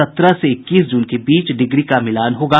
सत्रह से इक्कीस जून के बीच डिग्री का मिलान होगा